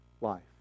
life